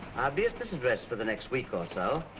be at this address for the next week or so,